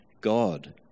God